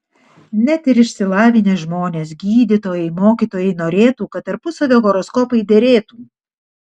net ir išsilavinę žmonės gydytojai mokytojai norėtų kad tarpusavio horoskopai derėtų